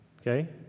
Okay